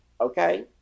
okay